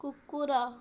କୁକୁର